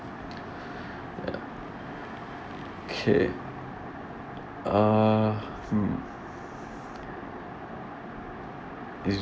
ya okay uh mm you